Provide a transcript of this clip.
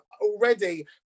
already